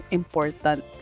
important